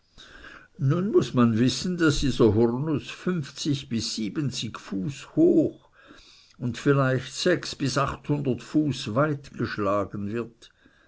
nun muß man wissen daß dieser hurnuß fünfzig bis siebzig fuß hoch und vielleicht sechs bis achthundert fuß weit geschlagen wird